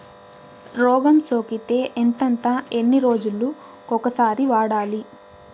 రోగం సోకితే ఎంతెంత ఎన్ని రోజులు కొక సారి వాడాలి?